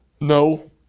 No